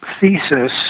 thesis